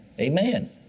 Amen